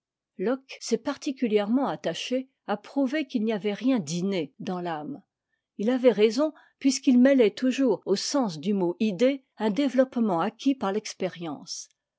locke s'est particulièrement attaché à prouver qu'il n'y avait rien d'inné dans t'âme il avait raison puisqu'il mêlait toujours au sens du mot idée un développement acquis par l'expérience